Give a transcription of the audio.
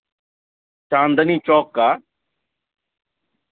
چاندنی چوک کا